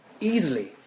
easily